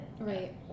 Right